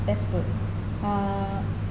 that's good uh